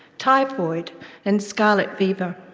typhoid and scarlet fever.